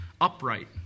upright